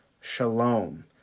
Shalom